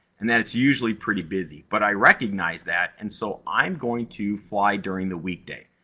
and that it's usually pretty busy, but i recognize that, and so i'm going to fly during the weekday.